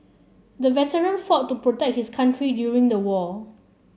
the veteran fought to protect his country during the war